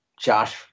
Josh